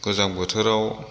गोजां बोथोराव